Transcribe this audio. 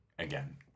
Again